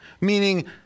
Meaning